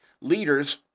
leaders